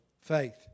faith